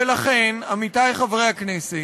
ולכן, עמיתי חברי הכנסת,